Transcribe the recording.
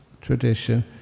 tradition